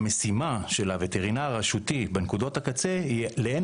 המשימה של הווטרינר הרשותי בנקודות הקצה היא לאין